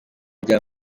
bya